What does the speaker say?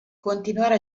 continuare